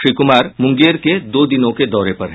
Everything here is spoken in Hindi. श्री कुमार मुंगेर के दो दिनों के दौरे पर हैं